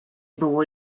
było